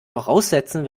voraussetzen